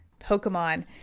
Pokemon